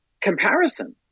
comparison